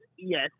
Yes